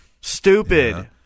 Stupid